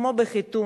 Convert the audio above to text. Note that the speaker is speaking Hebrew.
כמו בחיתון,